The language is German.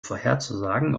vorherzusagen